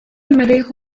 المريخ